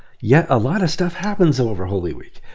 yet a lot of stuff happens over holy week,